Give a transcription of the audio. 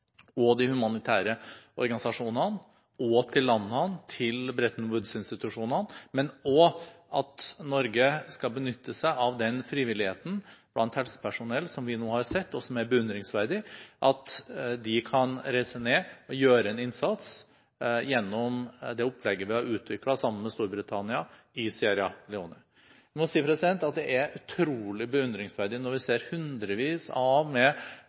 og de humanitære organisasjonene og til landene og Bretton Woods-institusjonene, men også at Norge skal benytte seg av den frivilligheten blant helsepersonell som vi nå har sett, og som er beundringsverdig, at de kan reise ned og gjøre en innsats gjennom det opplegget vi har utviklet sammen med Storbritannia i Sierra Leone. Jeg må si at det er utrolig beundringsverdig når vi ser hundrevis av